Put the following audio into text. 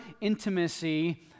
intimacy